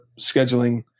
scheduling